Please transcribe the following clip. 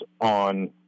on